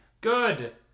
Good